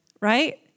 right